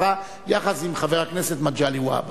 יחד עם חבר הכנסת מגלי והבה.